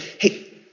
hey